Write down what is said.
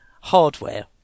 hardware